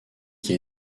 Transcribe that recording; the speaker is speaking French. qui